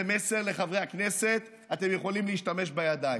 זה מסר לחברי הכנסת: אתם יכולים להשתמש בידיים,